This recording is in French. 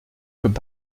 comme